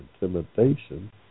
intimidation